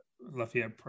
Lafayette